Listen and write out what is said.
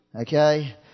Okay